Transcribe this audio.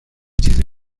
چیزی